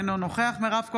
אינו נוכח מירב כהן,